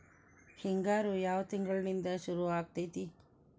ಹಿಂಗಾರು ಯಾವ ತಿಂಗಳಿನಿಂದ ಶುರುವಾಗತೈತಿ?